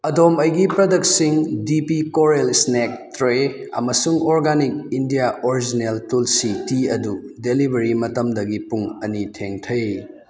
ꯑꯗꯣꯝ ꯑꯩꯒꯤ ꯄ꯭ꯔꯗꯛꯁꯤꯡ ꯗꯤ ꯄꯤ ꯀꯣꯔꯦꯜ ꯏꯁꯅꯦꯛ ꯇ꯭ꯔꯦ ꯑꯃꯁꯨꯡ organic India original tulsi tea ꯑꯗꯨ ꯗꯦꯂꯤꯚꯔꯤ ꯃꯇꯝꯗꯒꯤ ꯄꯨꯡ ꯑꯅꯤ ꯊꯦꯡꯊꯩ